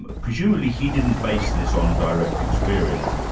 ah presumably he didn't base this on direct experience,